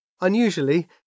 Unusually